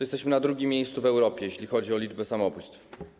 Jesteśmy na drugim miejscu w Europie, jeśli chodzi o liczbę samobójstw.